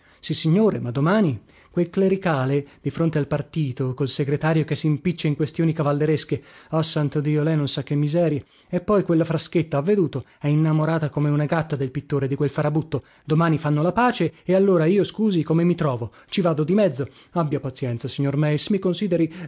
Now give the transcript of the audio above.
sentito sissignore ma domani quel clericale di fronte al partito col segretario che simpiccia in questioni cavalleresche ah santo dio lei non sa che miserie e poi quella fraschetta ha veduto è innamorata come una gatta del pittore di quel farabutto domani fanno la pace e allora io scusi come mi trovo ci vado di mezzo abbia pazienza signor meis mi consideri